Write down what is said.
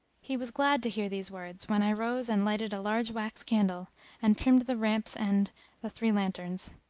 he was glad to hear these words, when i rose and lighted a large wax candle and trimmed the ramps end the three lanterns